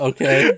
Okay